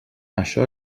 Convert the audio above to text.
això